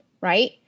right